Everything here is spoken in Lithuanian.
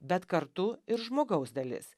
bet kartu ir žmogaus dalis